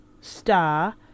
star